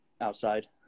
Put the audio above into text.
outside